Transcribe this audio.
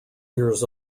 years